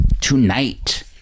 tonight